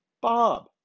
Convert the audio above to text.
Bob